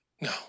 No